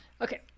Okay